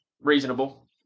reasonable